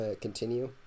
continue